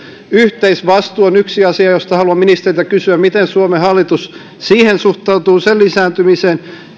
yhteisvastuu on yksi asia josta haluan ministeriltä kysyä miten suomen hallitus siihen suhtautuu sen lisääntymiseen